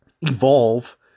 evolve